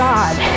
God